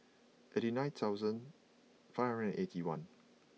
eighty nine thousand five hundred and eighty one